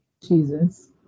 Jesus